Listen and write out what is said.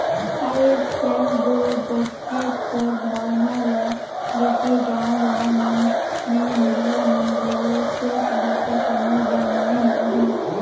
आएज काएल दो बचेत कर भावना ल लेके गाँव गाँव मन में महिला मन घलो स्व सहायता समूह बनाइन अहें